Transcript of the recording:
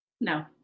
no